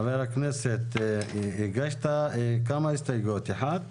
חבר הכנסת, הגשת כמה הסתייגויות, שתיים.